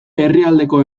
herrialdeko